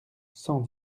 cent